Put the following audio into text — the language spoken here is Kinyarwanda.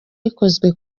rikozwe